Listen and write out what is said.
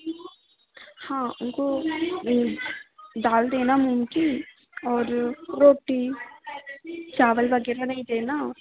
हाँ उनको दाल देना मूंग की और रोटी चावल वगैरह नहीं देना